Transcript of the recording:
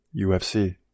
UFC